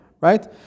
right